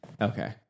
Okay